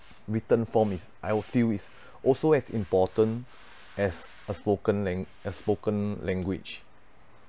written form is I will feel is also as important as a spoken lang~ a spoken language